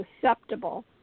susceptible